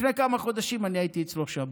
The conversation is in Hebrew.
לפני כמה חודשים אני הייתי אצלו שבת.